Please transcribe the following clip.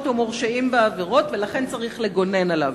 או מורשעים בעבירות ולכן צריך לגונן עליו.